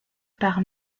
par